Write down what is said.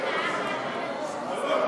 נתקבלה.